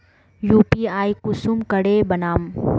UPI कुंसम करे बनाम?